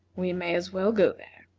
we may as well go there.